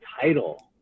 title